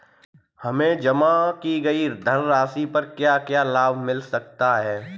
हमें जमा की गई धनराशि पर क्या क्या लाभ मिल सकता है?